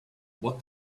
what